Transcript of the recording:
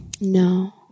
No